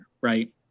right